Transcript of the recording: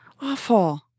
Awful